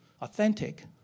authentic